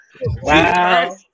Wow